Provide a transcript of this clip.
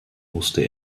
musste